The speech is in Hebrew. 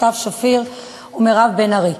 סתיו שפיר ומירב בן ארי,